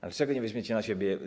Ale czego nie weźmiecie na siebie?